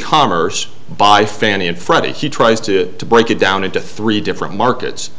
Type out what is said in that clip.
commerce by fannie and freddie he tries to break it down into three different markets